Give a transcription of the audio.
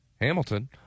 Hamilton